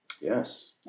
Yes